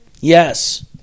Yes